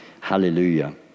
Hallelujah